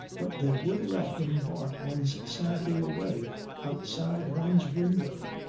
but they would let him bark one's sanity away outside one's window.